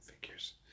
figures